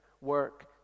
work